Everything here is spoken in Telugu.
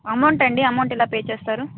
అమౌంట్ అండి అమౌంట్ ఎలా పే చేస్తారు